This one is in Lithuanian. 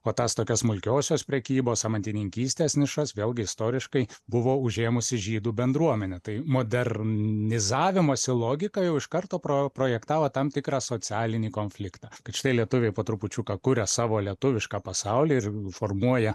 o tas tokios smulkiosios prekybos amatininkystės nišas vėlgi istoriškai buvo užėmusi žydų bendruomenė tai modernizavimosi logika jau iš karto pro projektavo tam tikrą socialinį konfliktą kad štai lietuviai po trupučiuką kuria savo lietuvišką pasaulį ir formuoja